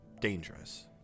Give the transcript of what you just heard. dangerous